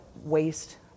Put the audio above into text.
waste